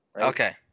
Okay